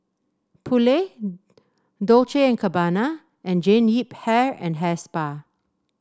Poulet Dolce and Gabbana and Jean Yip Hair and Hair Spa